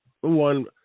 One